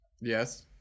yes